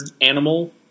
animal